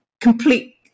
complete